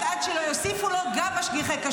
אין בעיה.